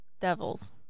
Devils